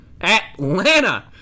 Atlanta